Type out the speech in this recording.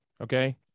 Okay